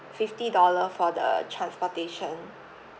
fifty dollar for the transportation